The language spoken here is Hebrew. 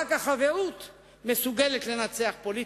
ורק החברות מסוגלת לנצח פוליטיקה,